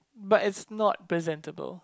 but it's not presentable